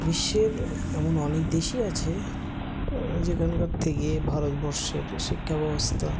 বিশ্বের এমন অনেক দেশই আছে যেখানকার থেকে ভারতবর্ষের শিক্ষা ব্যবস্থা